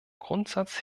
grundsatz